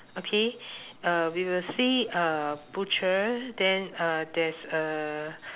okay uh we will see a butcher then uh there's a